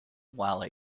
while